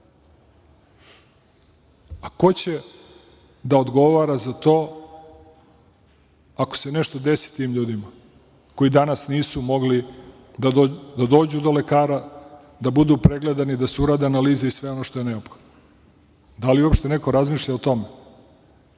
će da odgovara za to ako se nešto desi tim ljudima koji danas nisu mogli da dođu do lekara, da budu pregledani, da se uradi analiza i sve ono što je neophodno? Da li neko uopšte razmišlja o tome?